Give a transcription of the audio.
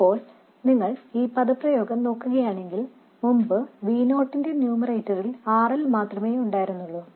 ഇപ്പോൾ നിങ്ങൾ ഈ എക്സ്പ്രഷൻ നോക്കുകയാണെങ്കിൽ മുമ്പ് Vo ന്റെ ന്യൂമറേറ്ററിൽ RL മാത്രമേ ഉണ്ടായിരുന്നുള്ളൂ